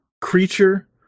creature